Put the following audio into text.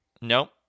Nope